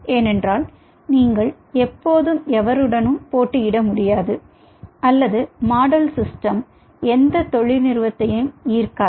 ஏனென்றால் நீங்கள் எப்போதும் எவருடனும் போட்டியிட முடியாது அல்லது மாடல் சிஸ்டம் எந்த தொழில் நிறுவனத்தையும் ஈர்க்காது